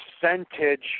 percentage